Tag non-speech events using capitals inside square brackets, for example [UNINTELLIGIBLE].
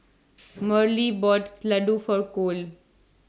[NOISE] Marilee bought [UNINTELLIGIBLE] Ladoo For Cole